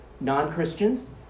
non-Christians